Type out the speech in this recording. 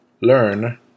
learn